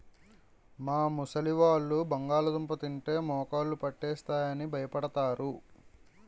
మా ముసలివాళ్ళు బంగాళదుంప తింటే మోకాళ్ళు పట్టేస్తాయి అని భయపడతారు